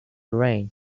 rain